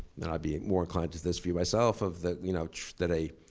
and i'd be more inclined to this view myself of, that you know that a,